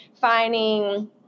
finding